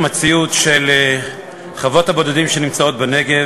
נועדה להסדיר מציאות של חוות הבודדים בנגב.